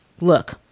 look